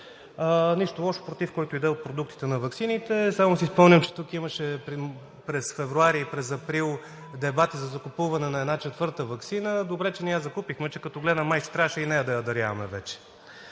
Нищо лошо против който и да е от продуктите на ваксините, само си спомням, че през февруари и през април тук имаше дебати за закупуване на една четвърта ваксина. Добре, че не я закупихме, че като гледам, май трябваше и нея да я даряваме вече.